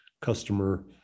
customer